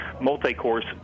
multi-course